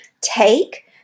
take